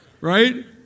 Right